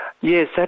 Yes